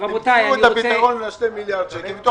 תמצאו פתרון ל-2 מיליארד שקל.